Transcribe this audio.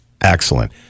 excellent